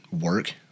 work